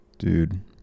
Dude